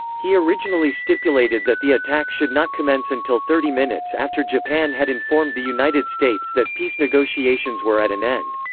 he originally stipulated that the attack should not commence until thirty minutes after japan had informed the united states that peace negotiations were at an end.